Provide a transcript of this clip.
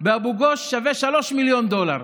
באבו גוש, שווה שלוש מיליון דולר.